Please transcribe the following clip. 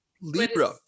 libra